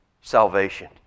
Salvation